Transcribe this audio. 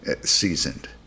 seasoned